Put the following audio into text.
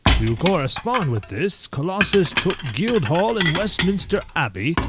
to correspond with this, colossus took guildhall and westminster abbey,